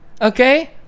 Okay